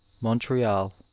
Montreal